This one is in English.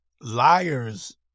liars